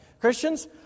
Christians